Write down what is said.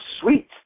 sweet